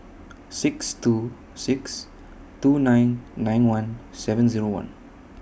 six two six two nine nine one seven Zero one